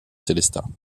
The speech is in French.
sélestat